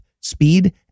speed